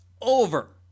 over